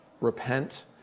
Repent